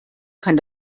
kann